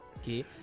okay